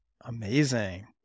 Amazing